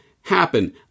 happen